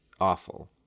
awful